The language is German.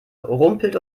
rumpelt